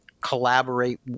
collaborate